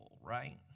right